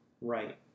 Right